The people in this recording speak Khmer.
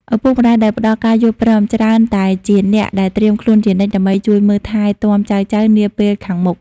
ឪពុកម្ដាយដែលផ្ដល់ការយល់ព្រម ច្រើនតែជាអ្នកដែលត្រៀមខ្លួនជានិច្ចដើម្បីជួយមើលថែទាំចៅៗនាពេលខាងមុខ។